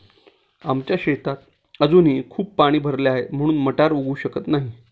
आमच्या शेतात अजूनही खूप पाणी भरले आहे, म्हणून मटार उगवू शकत नाही